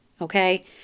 okay